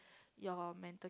your mental